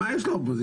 מה יש לאופוזיציה?